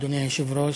אדוני היושב-ראש,